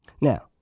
Now